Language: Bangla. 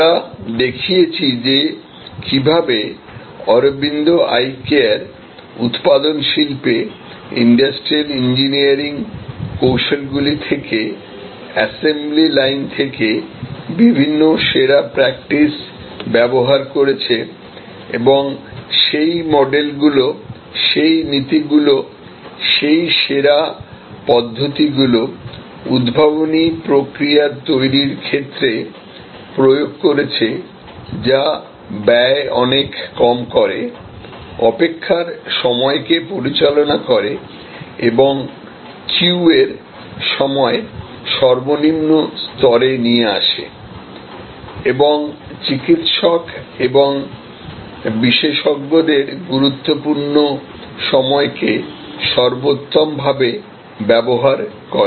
আমরা দেখিয়েছি যে কীভাবে অরবিন্দ আই কেয়ার উত্পাদন শিল্পে ইন্ডাস্ট্রিয়াল ইঞ্জিনিয়ারিং কৌশলগুলি থেকে এসেম্বলি লাইন থেকে বিভিন্ন সেরা প্র্যাকটিস ব্যবহার করেছে এবং সেই মডেলগুলি সেই নীতিগুলি সেই সেরা পদ্ধতিগুলিউদ্ভাবনী প্রক্রিয়া তৈরির ক্ষেত্রে প্রয়োগ করেছে যা ব্যয় অনেক কম করে অপেক্ষার সময়কে পরিচালনা করে এবং কিউ র সময় সর্বনিম্ন স্তরে নিয়ে আসে এবং চিকিত্সক এবং বিশেষজ্ঞদের গুরুত্বপূর্ণ সময়কে সর্বোত্তম ভাবে ব্যবহার করে